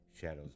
shadows